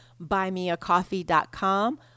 buymeacoffee.com